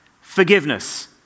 Forgiveness